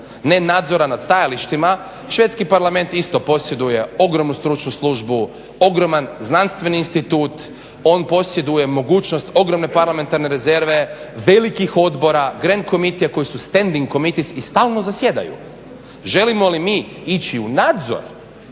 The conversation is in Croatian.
Ne nadzora nad stajalištima. Švedski parlament isto posjeduje ogromnu stručnu službu, ogroman znanstveni institut, on posjeduje mogućnost ogromne parlamentarne rezerve, velikih odbora, Grand committee koji su standing committee i stalno zasjedaju. Želimo li mi ići u nadzor